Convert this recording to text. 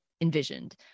envisioned